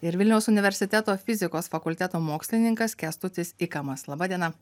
ir vilniaus universiteto fizikos fakulteto mokslininkas kęstutis ikamas laba diena